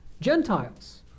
Gentiles